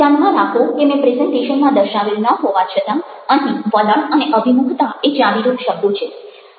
ધ્યાનમાં રાખો કે મેં પ્રેઝન્ટેશનમાં દર્શાવેલ ન હોવા છતાં અહીં વલણ અને અભિમુખતા એ ચાવીરૂપ શબ્દો છે